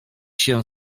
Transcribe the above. się